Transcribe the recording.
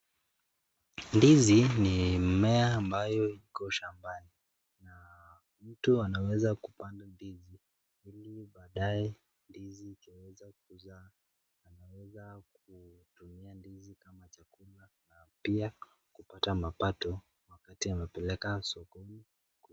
Ndizi ni mmea ambayo iko shambani na mtu anaweza kupanda ndizi ili baadaye ndizi itaweza kuzaa anaweza kutumia ndizi kama chakula na pia kupata mapato wakati amepeleka sokoni .